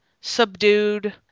subdued